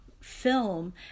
film